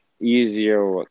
easier